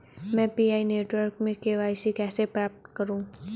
मैं Pi network में KYC कैसे प्राप्त करूँ?